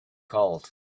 called